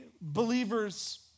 believers